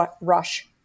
rush